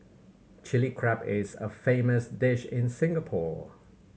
Chilli Crab is a famous dish in Singapore